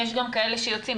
יש גם כאלה שיוצאים,